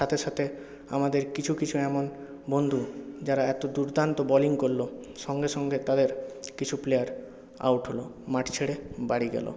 সাথে সাথে আমাদের কিছু কিছু এমন বন্ধু যারা এত দুর্দান্ত বোলিং করলো সঙ্গে সঙ্গে তাদের কিছু প্লেয়ার আউট হল মাঠ ছেড়ে বাড়ি গেল